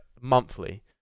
monthly